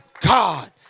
God